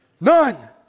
None